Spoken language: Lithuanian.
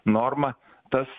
norma tas